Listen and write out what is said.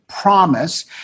promise